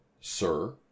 Sir